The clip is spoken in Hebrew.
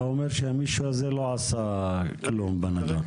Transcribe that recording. אתה אומר שהמישהו הזה לא עשה כלום בנדון?